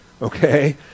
Okay